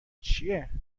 چیه